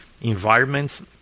environments